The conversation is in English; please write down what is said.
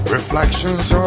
Reflections